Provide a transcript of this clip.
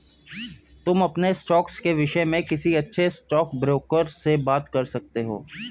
तुम अपने स्टॉक्स के विष्य में किसी अच्छे स्टॉकब्रोकर से बात कर सकते हो